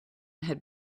had